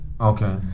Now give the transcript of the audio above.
Okay